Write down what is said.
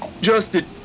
Justin